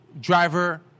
driver